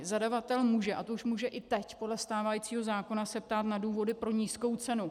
Zadavatel může, a to už může i teď podle stávajícího zákona, se ptát na důvody pro nízkou cenu.